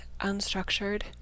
unstructured